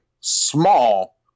small